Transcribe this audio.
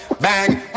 Bang